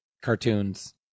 cartoons